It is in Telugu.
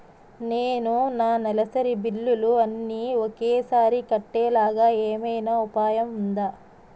నేను నా నెలసరి బిల్లులు అన్ని ఒకేసారి కట్టేలాగా ఏమైనా ఉపాయం ఉందా?